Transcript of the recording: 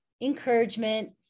encouragement